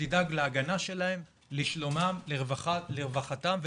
שתדאג להגנה שלהם, לשלומם, לרווחתם ולהתפתחותם.